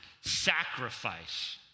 sacrifice